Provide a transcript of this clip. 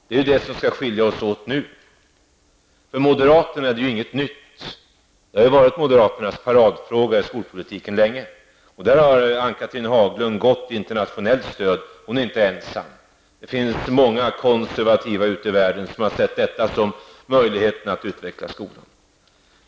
Det är ju den som skall skilja oss åt nu. För moderaterna är detta ingenting nytt. Detta har länge varit moderaternas paradfråga i skolpolitiken. Där har Ann-Cathrine Haglund gott internationellt stöd -- hon är inte ensam. Det finns många konservativa ute i världen som sett detta som möjligheten att utveckla skolan.